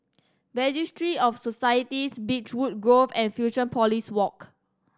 Registry of Societies Beechwood Grove and Fusionopolis Walk